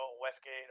westgate